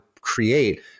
create